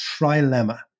trilemma